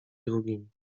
drugim